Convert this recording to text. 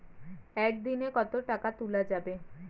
একদিন এ কতো টাকা তুলা যাবে?